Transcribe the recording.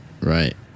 right